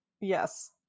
yes